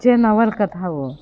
જે નવલકથાઓ